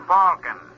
Falcon